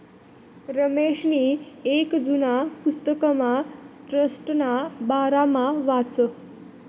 रमेशनी येक जुना पुस्तकमा ट्रस्टना बारामा वाचं